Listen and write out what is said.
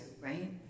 right